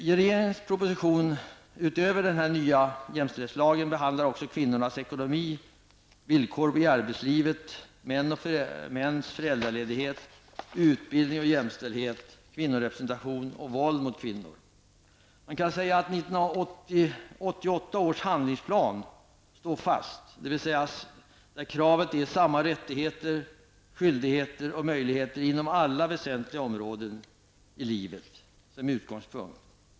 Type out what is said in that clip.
I regeringens proposition behandlas också kvinnornas ekonomi, villkor i arbetslivet, mäns föräldraledighet, utbildning och jämställdhet, kvinnorepresentation och våld mot kvinnor. Man kan säga att 1988 års handlingsplan står fast. Utgångspunkten är kravet på samma rättigheter, skyldigheter och möjligheter på alla väsentliga områden i livet.